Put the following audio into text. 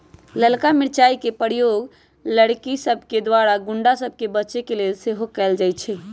ललका मिरचाइ के प्रयोग लड़कि सभके द्वारा गुण्डा सभ से बचे के लेल सेहो कएल जाइ छइ